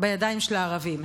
בידיים של הערבים.